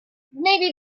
maybe